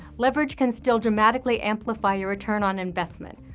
leverage can still dramatically amplify your return on investment,